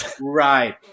Right